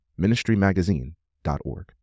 ministrymagazine.org